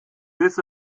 bis